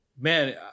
man